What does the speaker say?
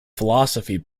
philosophy